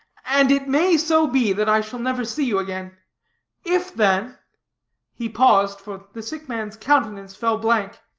and it may so be that i shall never see you again if then he paused, for the sick man's countenance fell blank.